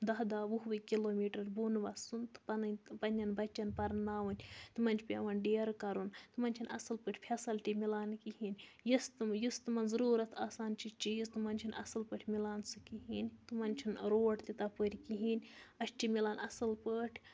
دَہ دَہ وُہ وُہ کِلوٗ میٖٹر بۄن وَسُن تہٕ پَنٕنۍ پنٛنٮ۪ن بَچَن پَرناوٕنۍ تِمَن چھُ پٮ۪وان ڈیرٕ کَرُن تِمن چھِنہٕ اَصٕل پٲٹھۍ فیسَلٹی مِلان کِہیٖنۍ یۄس تِم یُس تِمَن ضروٗرت آسان چھِ چیٖز تِمن چھِنہٕ اَصٕل پٲٹھۍ مِلان سُہ کِہیٖنۍ تِمَن چھُنہٕ روڈ تہِ تَپٲرۍ کِہیٖنۍ اَسہِ چھِ مِلان اَصٕل پٲٹھۍ